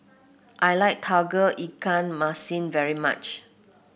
I like Tauge Ikan Masin very much